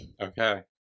okay